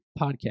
podcast